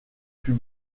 fut